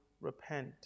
repent